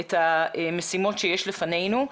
את המשימות שיש לפנינו.